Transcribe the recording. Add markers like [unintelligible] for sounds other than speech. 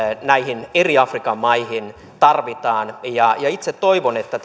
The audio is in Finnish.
näihin eri afrikan maihin tarvitaan ja ja itse toivon että [unintelligible]